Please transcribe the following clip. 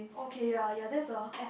okay ya ya that's a